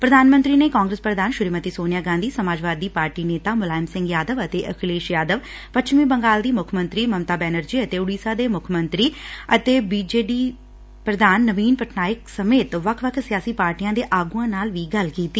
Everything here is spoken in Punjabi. ਪ੍ਰਧਾਨ ਮੰਤਰੀ ਨੇ ਕਾਂਗਰਸ ਪ੍ਰਧਾਨ ਸ੍ਸੀ ਮਤੀ ਸੋਨੀਆ ਗਾਂਧੀ ਸਮਾਜਵਾਦੀ ਪਾਰਟੀ ਨੇਤਾ ਮੁਲਾਇਮ ਸਿੰਘ ਯਾਦਵ ਅਤੇ ਅਖਿਲੇਸ਼ ਯਾਦਵ ਪੱਛਮੀ ਬੰਗਾਲ ਦੀ ਮੁੱਖ ਮੰਤਰੀ ਮਮਤਾ ਬੈਨਰਜੀ ਅਤੇ ਉਡੀਸਾ ਦੇ ਮੁੱਖ ਮੰਤਰੀ ਅਤੇ ਬੀਜੇਡੀ ਪ੍ਰਧਾਨ ਨਵੀਨ ਪਟਨਾਇਕ ਸਮੇਤ ਵੱਖ ਵੱਖ ਸਿਆਸੀ ਪਾਰਟੀਆਂ ਦੇ ਆਗੁਆਂ ਨਾਲ ਵੀ ਗੱਲ ਕੀਤੀ